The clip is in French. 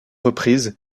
reprises